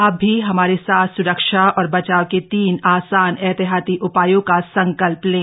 आप भी हमारे साथ सुरक्षा और बचाव के तीन आसान एहतियाती उपायों का संकल्प लें